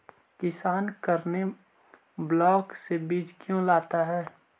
किसान करने ब्लाक से बीज क्यों लाता है?